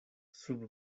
sub